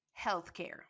Healthcare